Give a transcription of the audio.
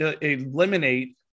eliminate